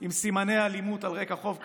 עם סימני אלימות על רקע חוב כספי,